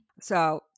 so-